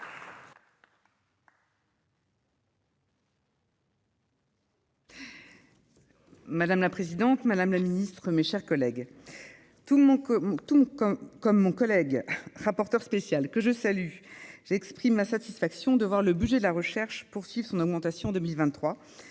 Madame la présidente, madame la ministre, mes chers collègues, tout comme mon collègue rapporteur spécial, j'exprime ma satisfaction de voir le budget de la recherche poursuivre son augmentation en 2023,